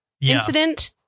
incident